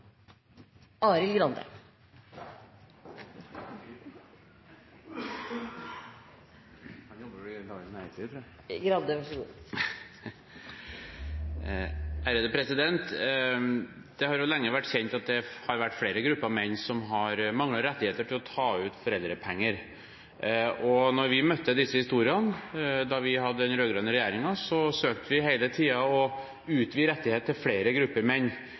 Det har lenge vært kjent at det har vært flere grupper menn som har manglet rettigheter til å ta ut foreldrepenger. Da vi møtte disse historiene da vi hadde den rød-grønne regjeringen, søkte vi hele tiden å utvide rettigheter til flere grupper menn